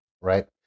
right